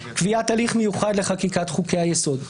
קביעת הליך מיוחד לחקיקת חוקי היסוד,